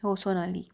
हो सोनाली